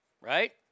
right